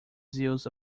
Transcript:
zeus